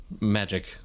magic